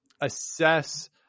assess